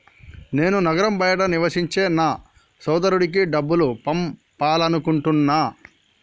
నేను నగరం బయట నివసించే నా సోదరుడికి డబ్బు పంపాలనుకుంటున్నా